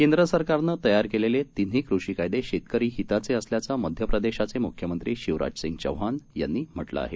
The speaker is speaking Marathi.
केंद्र सरकारनं तयार केलेले तिन्ही कृषी कायदे शेतकरी हिताचे असल्याचं मध्य प्रदेशाचे म्ख्यमंत्री शिवराज सिंग चौहान यांनी म्हटलं आहे